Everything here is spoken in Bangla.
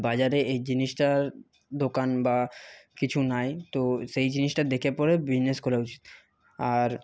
বাজারে এই জিনিসটার দোকান বা কিছু নাই তো সেই জিনিসটা দেখে পরে বিজনেস করা উচিত আর